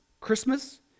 Christmas